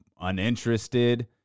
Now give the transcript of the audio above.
uninterested